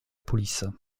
police